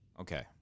Okay